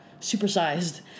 supersized